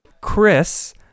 Chris